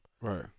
Right